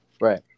Right